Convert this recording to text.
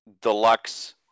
deluxe